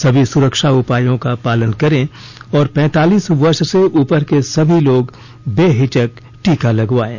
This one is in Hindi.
सभी सुरक्षा उपायों का पालन करें और पैंतालीस वर्ष से उपर के सभी लोग बेहिचक टीका लगवायें